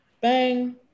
Bang